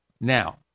Now